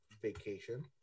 Vacation